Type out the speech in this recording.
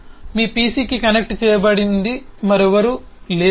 మీ printer నేరుగా మీ PC కి కనెక్ట్ చేయబడింది మరెవరూ లేరు